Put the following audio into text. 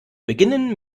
beginnen